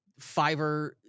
fiverr